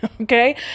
Okay